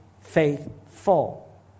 faithful